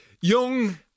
young